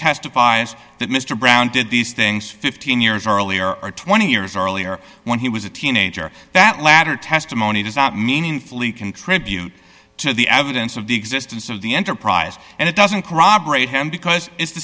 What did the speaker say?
testifies that mr brown did these things fifteen years earlier or twenty years earlier when he was a teenager that latter testimony does not meaningfully contribute to the evidence of the existence of the enterprise and it doesn't corroborate him because it's the